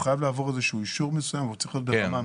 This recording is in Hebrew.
הוא חייב לעבור איזשהו אישור מסוים והוא צריך להיות ברמה מסוימת.